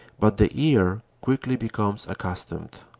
but the ear quickly becomes accustomed.